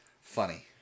funny